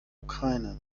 ukraine